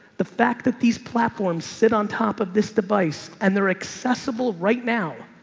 the fact that these platforms sit on top of this device and they're accessible right now.